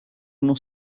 uno